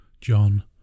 John